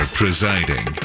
presiding